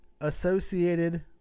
associated